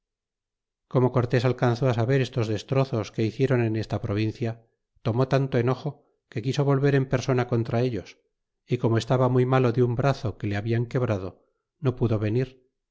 como cortés alcanzó saber estos destrozos que hiciéron en esta provincia tomó tanto enojo que quiso volver en persona contra ellos y como estaba muy malo de un brazo que se le habia quebrado no pudo venir